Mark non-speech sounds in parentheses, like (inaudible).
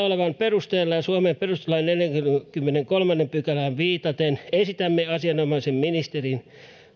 (unintelligible) olevan perusteella ja suomen perustuslain neljänteenkymmenenteenkolmanteen pykälään viitaten esitämme asianomaisen ministerin